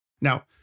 Now